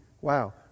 Wow